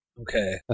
Okay